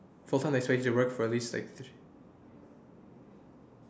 full time they expect you to work for at least like